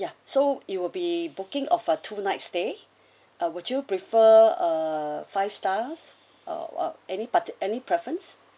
ya so it will be booking of a two night stay ah would you prefer uh five stars or uh any parti~ any preference